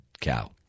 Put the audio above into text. cow